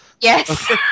Yes